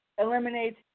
eliminates